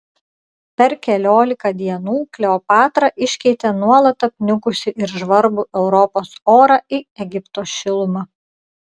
per keliolika dienų kleopatra iškeitė nuolat apniukusį ir žvarbų europos orą į egipto šilumą